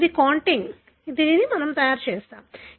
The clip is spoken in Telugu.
అది కాంటిగ్ సరి మనము తయారు చేసాము